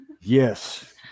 yes